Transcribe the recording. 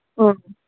okay